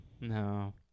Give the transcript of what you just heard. No